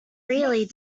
really